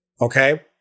Okay